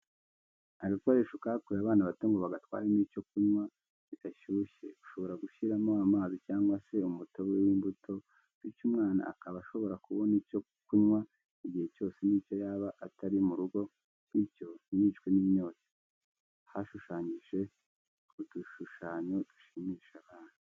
Agakoresho kakorewe abana bato ngo bagatwaremo icyo kunywa kidashyushye ushobora gushyiramo amazi cyangwa se umutobe w'imbuto, bityo umwana akaba ashobora kubona icyo kunywa igihe cyose n'iyo yaba atari mu rugo bityo ntiyicwe n'inyota, hashushanyije udushushanyo dushimisha abana.